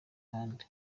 ahandi